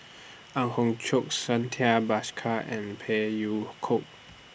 Ang Hiong Chiok Santha Bhaskar and Phey Yew Kok